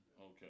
Okay